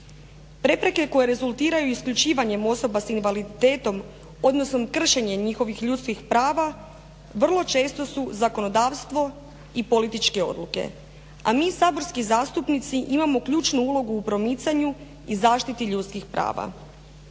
Prepreke koje rezultiraju isključivanjem osoba sa invaliditetom, odnosno kršenje njihovih ljudskih prava vrlo često su zakonodavstvo i političke odluke, a mi saborski zastupnici imamo ključnu ulogu u promicanju i zaštiti ljudskih prava.